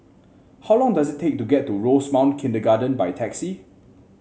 how long does it take to get to Rosemount Kindergarten by taxi